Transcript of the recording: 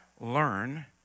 learn